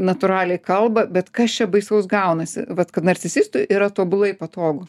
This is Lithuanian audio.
natūraliai kalba bet kas čia baisaus gaunasi vat kad narcisistui yra tobulai patogu